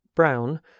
Brown